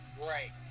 right